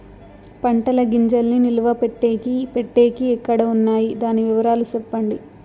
పంటల గింజల్ని నిలువ పెట్టేకి పెట్టేకి ఎక్కడ వున్నాయి? దాని వివరాలు సెప్పండి?